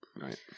Right